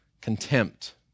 contempt